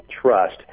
trust